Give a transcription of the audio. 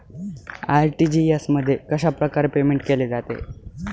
RTGS मध्ये कशाप्रकारे payment केले जाते?